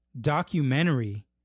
documentary